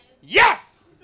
Yes